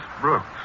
Brooks